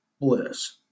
bliss